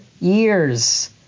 years